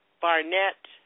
barnett